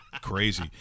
Crazy